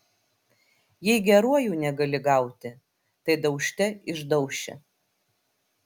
jei geruoju negali gauti tai daužte išdauši